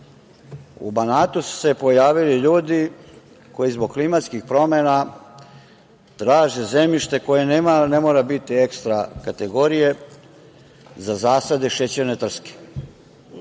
u Banatu su se pojavili ljudi koji zbog klimatskih promena traže zemljište koje ne mora biti ekstra kategorije za zasade šećerne trske.